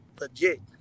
legit